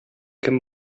кем